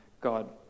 God